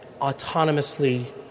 autonomously